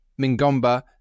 Mingomba